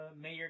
mayor